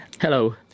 Hello